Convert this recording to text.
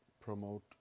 promote